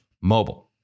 Mobile